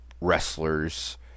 wrestlers